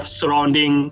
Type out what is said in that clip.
surrounding